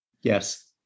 Yes